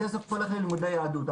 הכסף הולך ללימודי יהדות.